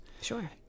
Sure